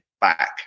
back